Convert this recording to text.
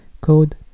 code